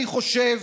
אני אגיד